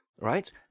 right